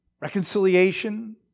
reconciliation